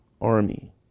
army